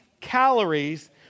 calories